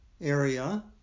area